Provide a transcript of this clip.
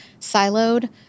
siloed